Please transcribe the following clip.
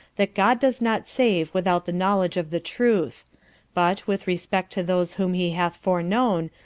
that god does not save without the knowledge of the truth but, with respect to those whom he hath fore-known,